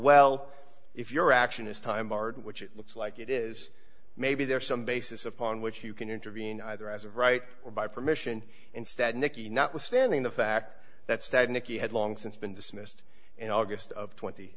well if your action is time barred which it looks like it is maybe there are some basis upon which you can intervene either as of right or by permission instead nikki notwithstanding the fact that state nikki had long since been dismissed in august of tw